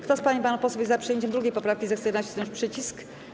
Kto z pań i panów posłów jest za przyjęciem 2. poprawki, zechce nacisnąć przycisk.